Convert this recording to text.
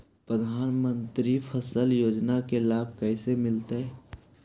प्रधानमंत्री फसल योजना के लाभ कैसे मिलतै?